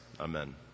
Amen